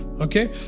Okay